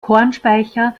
kornspeicher